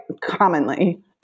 commonly